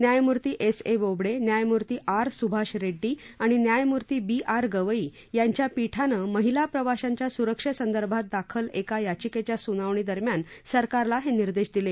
न्यायमूर्ती S A Bobde न्यायमूर्ती R Subhash Reddy आणि न्यायमूर्ती बी आर गवई यांच्या पीठानं महिला प्रवाशांच्या सुरक्षेसंदर्भात दाखल एका याचिकेच्या सुनावणीदरम्यान सरकारला हे निर्देश दिले